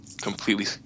completely